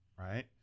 Right